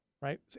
Right